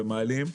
ומעלים.